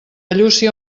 llúcia